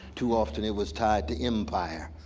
too often it was tied to empire.